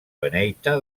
beneita